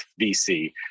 VC